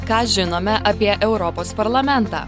ką žinome apie europos parlamentą